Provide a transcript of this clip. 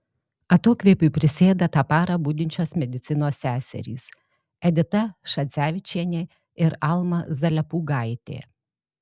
atokvėpiui prisėda tą parą budinčios medicinos seserys edita šadzevičienė ir alma zalepūgaitė